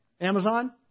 Amazon